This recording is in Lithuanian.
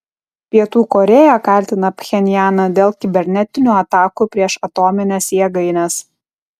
pietų korėja kaltina pchenjaną dėl kibernetinių atakų prieš atomines jėgaines